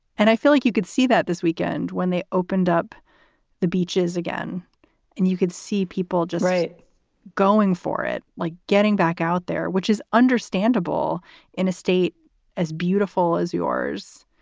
and i feel like you could see that this weekend when they opened up the beaches again and you could see people just right going for it like getting back out there, which is understandable in a state as beautiful as yours.